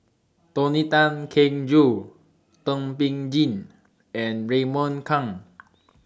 Tony Tan Keng Joo Thum Ping Tjin and Raymond Kang